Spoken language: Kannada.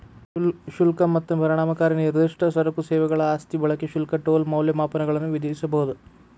ಶುಲ್ಕ ಮತ್ತ ಪರಿಣಾಮಕಾರಿ ನಿರ್ದಿಷ್ಟ ಸರಕು ಸೇವೆಗಳ ಆಸ್ತಿ ಬಳಕೆ ಶುಲ್ಕ ಟೋಲ್ ಮೌಲ್ಯಮಾಪನಗಳನ್ನ ವಿಧಿಸಬೊದ